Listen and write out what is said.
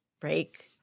break